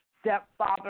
stepfather